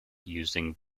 using